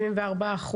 74%,